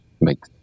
make